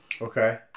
okay